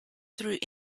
through